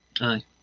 Aye